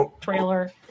trailer